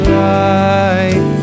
light